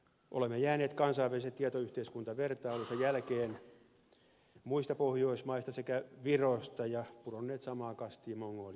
olemme jääneet kansainvälisessä tietoyhteiskuntavertailussa jälkeen muista pohjoismaista sekä virosta ja pudonneet samaan kastiin mongolian kanssa